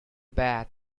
bath